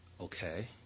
Okay